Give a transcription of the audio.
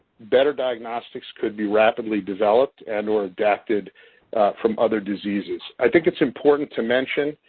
better diagnostics could be rapidly developed and or adapted from other diseases. i think it's important to mention,